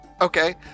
okay